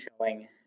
showing